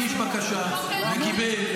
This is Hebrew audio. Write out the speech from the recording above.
הגיש בקשה וקיבל,